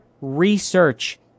research